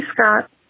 Scott